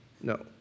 No